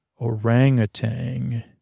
Orangutan